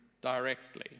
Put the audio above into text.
directly